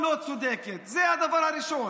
תודה רבה.